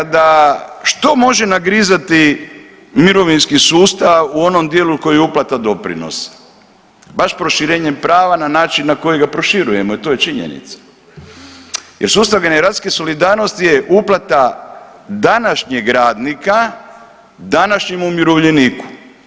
Da kada što može nagrizati mirovinski sustav u onom dijelu u koji je uplata doprinosa, baš proširenjem prava na način na koji ga proširujemo i to je činjenica jer sustav generacijske solidarnosti je uplata današnjeg radnika današnjem umirovljeniku.